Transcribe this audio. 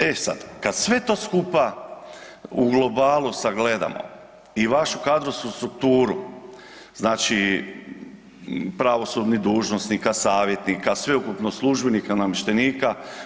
E sad, kad sve to skupa u globalu sagledamo i vašu kadrovsku strukturu, znači pravosudnih dužnosnika, savjetnika, sveukupno službenika, namještenika.